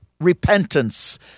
repentance